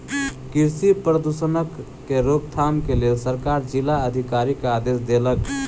कृषि प्रदूषणक के रोकथाम के लेल सरकार जिला अधिकारी के आदेश देलक